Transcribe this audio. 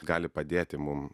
gali padėti mum